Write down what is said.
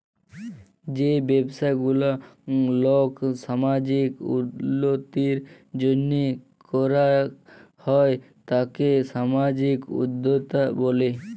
যেই ব্যবসা গুলা কল সামাজিক উল্যতির জন্হে করাক হ্যয় তাকে সামাজিক উদ্যক্তা ব্যলে